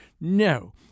no